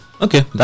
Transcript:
okay